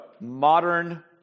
modern